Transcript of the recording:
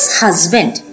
husband